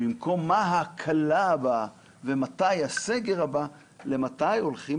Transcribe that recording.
במקום לשאלה במה הקלה ומתי הסגר הבא לשאלה מתי הולכים